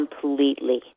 completely